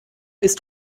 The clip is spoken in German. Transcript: ist